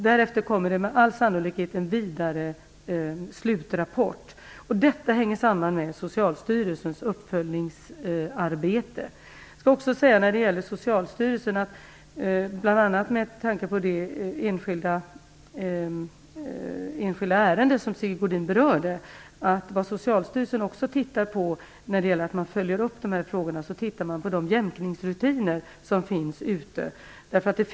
Därefter kommer det med all sannolikhet en slutrapport. Detta hänger samman med Socialstyrelsens uppföljningsarbete. Jag vill också säga, bl.a. med tanke på det enskilda ärende som Sigge Godin berörde, att Socialstyrelsen i sin uppföljning också tittar på jämkningsrutinerna.